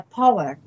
power